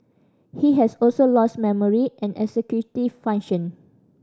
he has also lost memory and executive function